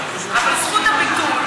אבל זכות הביטול,